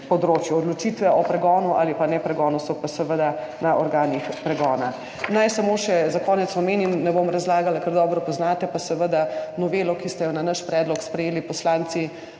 Odločitve o pregonu ali pa ne pregonu so pa seveda na organih pregona. Naj za konec samo še omenim, ne bom razlagala, ker dobro poznate, seveda novelo, ki ste jo na naš predlog prejeli poslanci